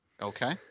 okay